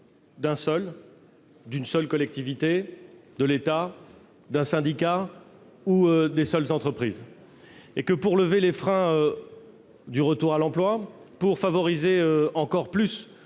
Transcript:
d'un seul- une seule collectivité, l'État seul, un syndicat ou les seules entreprises -et que, pour lever les freins au retour à l'emploi, pour favoriser encore plus